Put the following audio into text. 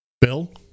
bill